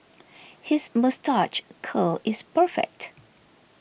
his moustache curl is perfect